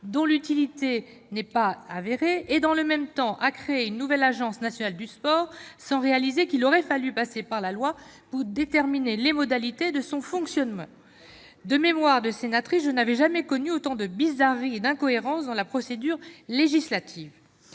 dont l'utilité n'est pas avérée, et qui, dans le même temps, crée une Agence nationale du sport sans se rendre compte qu'il aurait fallu passer par la loi pour déterminer les modalités de son fonctionnement ... Très bien ! De mémoire de sénatrice, je n'avais jamais connu autant de bizarreries et d'incohérences dans la procédure législative.